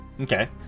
Okay